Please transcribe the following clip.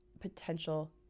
potential